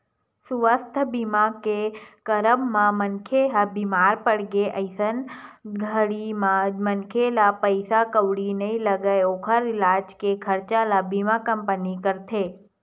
सुवास्थ बीमा के कराब म मनखे ह बीमार पड़गे अइसन घरी म मनखे ला पइसा कउड़ी नइ लगय ओखर इलाज के खरचा ल बीमा कंपनी करथे